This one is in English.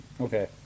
Okay